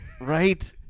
right